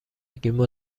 گیمو